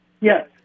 Yes